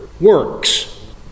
works